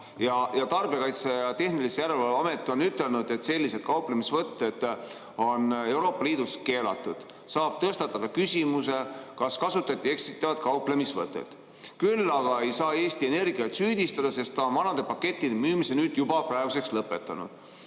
sama. Tarbijakaitse ja Tehnilise Järelevalve Amet on ütelnud, et sellised kauplemisvõtted on Euroopa Liidus keelatud ja saab tõstatada küsimuse, kas kasutati eksitavat kauplemisvõtet. Küll aga ei saa Eesti Energiat süüdistada, sest ta on vanade pakettide müümise nüüd juba praeguseks lõpetanud.